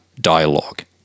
dialogue